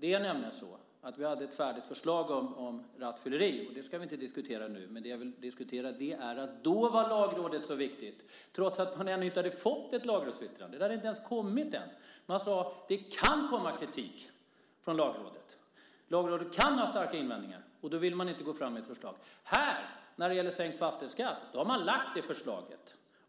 Vi hade ett färdigt förslag om rattfylleri - det ska vi inte diskutera nu - och då var Lagrådet så viktigt, trots att man ännu inte hade fått ett lagrådsyttrande. Man sade: Det kan komma kritik från Lagrådet. Lagrådet kan ha starka invändningar. Därför ville man inte gå fram med ett förslag. När det gäller sänkt fastighetsskatt har man lagt fram ett förslag